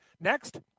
Next